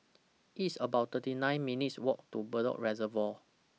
It's about thirty nine minutes' Walk to Bedok Reservoir